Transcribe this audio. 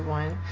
one